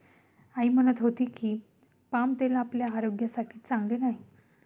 आई म्हणत होती की, पाम तेल आपल्या आरोग्यासाठी चांगले नाही